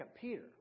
Peter